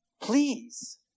please